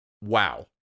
Wow